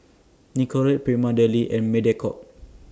Nicorette Prima Deli and Mediacorp